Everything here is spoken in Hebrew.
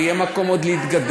ויהיה עוד מקום להתגבר.